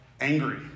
angry